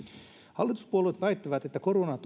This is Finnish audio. hallituspuolueet väittävät että koronan